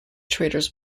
traders